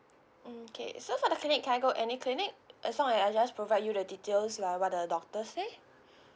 mm okay so for the clinic can I go any clinic as long as I just provide you the details like what the doctor say